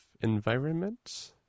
environment